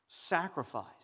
Sacrifice